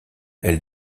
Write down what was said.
elle